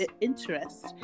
interest